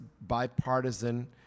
bipartisan